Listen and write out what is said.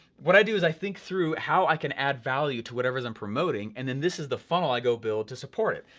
what i do is i think through how i can add value to whatever it is i'm promoting, and then this is the funnel i go build to support it,